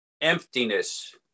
emptiness